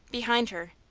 behind her.